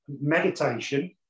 Meditation